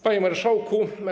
Panie Marszałku!